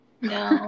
No